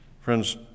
Friends